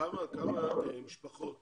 כמה משפחות